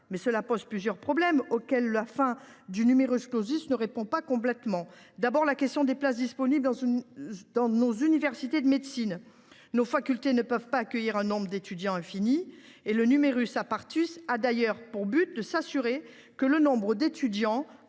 Mais cela pose plusieurs problèmes, auxquels la fin du ne répond pas complètement. Il y a d’abord la question des places disponibles dans nos universités de médecine. Nos facultés ne peuvent accueillir un nombre d’étudiants infini. Le a d’ailleurs notamment pour but de s’assurer que le nombre d’étudiants